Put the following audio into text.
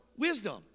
Wisdom